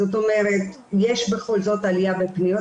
זאת אומרת יש בכל זאת עלייה בפניות